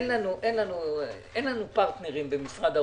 אין לנו פרטנרים במשרד האוצר.